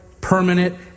permanent